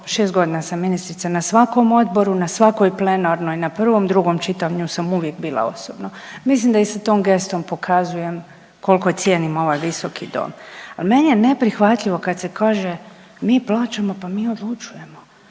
6 godina sam ministrica, na svakom odboru, na svakoj plenarnoj, na prvom, drugom čitanju sam uvijek bila osobno. Mislim da i sa tom gestom pokazujem koliko cijenim ovaj Visoki dom. Ali meni je neprihvatljivo kad se kaže mi plaćamo pa mi odlučujemo.